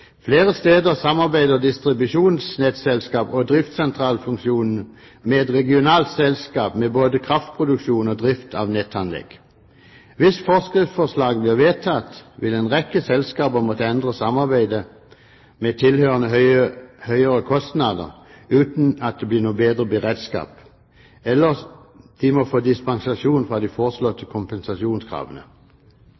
Flere steder samarbeider distribusjonsnettselskaper om driftssentralfunksjonen med et regionalt selskap med både kraftproduksjon og drift av nettanlegg. Hvis forskriftsforslaget blir vedtatt, vil en rekke selskaper måtte endre samarbeidet med tilhørende høyere kostnader uten at det blir noen bedre beredskap, eller de må få dispensasjon fra de foreslåtte